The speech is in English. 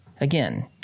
again